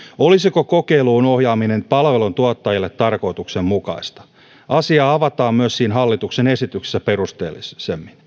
olisiko kokeiluun ohjaaminen palveluntuottajalle tarkoituksenmukaista asiaa avataan myös hallituksen esityksessä perusteellisesti